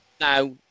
now